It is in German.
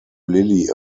lilly